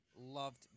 Loved